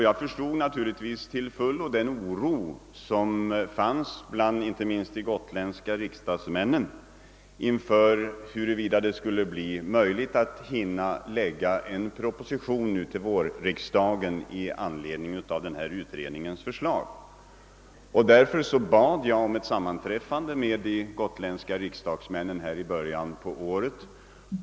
Jag förstod naturligtvis till fullo den ovisshet som fanns inte minst bland de gotländska riksdagsmännen, huruvida det skulle bli möjligt att framlägga en proposition nu till vårriksdagen i anledning av nämnda utredningsförslag. Jag hade ett sammanträffande med de gotländska riksdagsmännen i början av året.